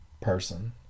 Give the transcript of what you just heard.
person